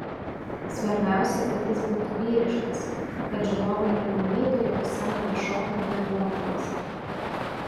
svarbiausia kad jis būtų vyriškas kad žiūrovai nemanytų jog scenoje šoka dvi moterys